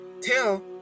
tell